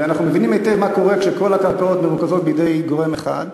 ואנחנו מבינים היטב מה קורה כשכל הקרקעות מרוכזות בידי גורם אחד,